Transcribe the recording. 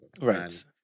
Right